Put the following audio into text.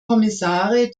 kommissare